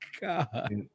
God